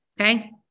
Okay